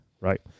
Right